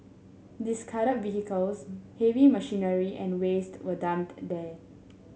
discard vehicles heavy machinery and waste were dumped there